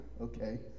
okay